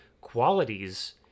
qualities